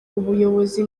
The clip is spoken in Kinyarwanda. ubuyobozi